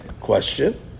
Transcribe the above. question